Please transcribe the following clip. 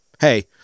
Hey